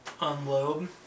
unload